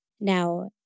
Now